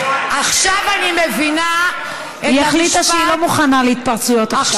היא החליטה שהיא לא מוכנה להתפרצויות עכשיו,